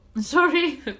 Sorry